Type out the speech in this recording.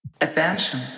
Attention